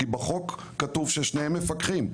כי בחוק כתוב ששניהם מפקחים.